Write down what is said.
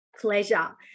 pleasure